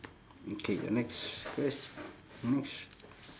okay next quest~ next